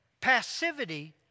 passivity